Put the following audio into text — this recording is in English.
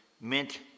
mint